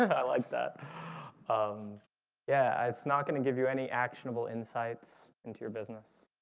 i like that um yeah, it's not going to give you any actionable insights into your business